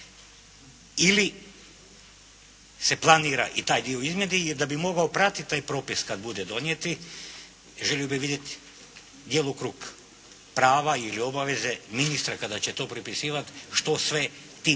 ili se planira i taj dio izmijeniti jer da bi mogao pratiti taj propis kad bude donijet želio bih vidjeti djelokrug prava ili obaveze ministra kada će to prepisivati što sve tim